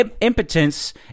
impotence